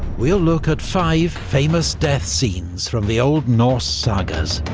we'll look at five famous death scenes from the old norse sagas,